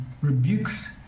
rebukes